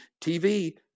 TV